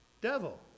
devil